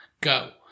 go